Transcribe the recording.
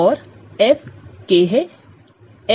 और FK है FQ है